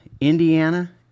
Indiana